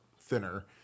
thinner